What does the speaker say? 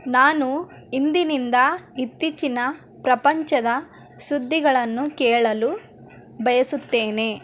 ನಾನು ಇಂದಿನಿಂದ ಇತ್ತೀಚಿನ ಪ್ರಪಂಚದ ಸುದ್ದಿಗಳನ್ನು ಕೇಳಲು ಬಯಸುತ್ತೇನೆ